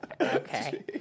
Okay